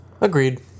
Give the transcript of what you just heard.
Agreed